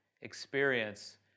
experience